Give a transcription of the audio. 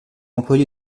employé